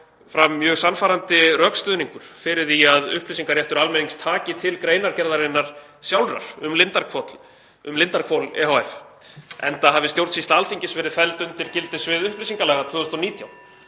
fram mjög sannfærandi rökstuðningur fyrir því að upplýsingaréttur almennings taki til greinargerðarinnar sjálfrar um Lindarhvol ehf., enda hafi stjórnsýsla Alþingis verið felld undir gildissvið upplýsingalaga 2019